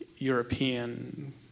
European